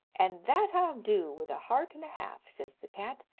and that i'll do with a heart and a half, says the cat,